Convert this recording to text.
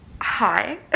Hi